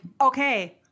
okay